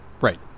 right